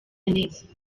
neza